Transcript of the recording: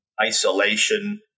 Isolation